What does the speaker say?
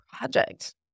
project